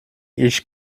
ich